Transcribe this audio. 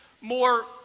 more